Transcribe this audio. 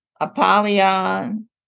Apollyon